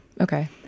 Okay